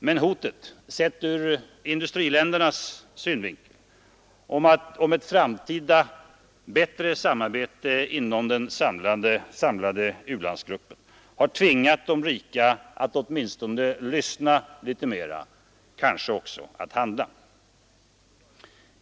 Men hotet — sett ur industriländernas synvinkel — om ett framtida bättre samarbete inom den samlade u-landsgruppen har tvingat de rika att åtminstone lyssna litet mera, kanske också att handla.